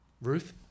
Ruth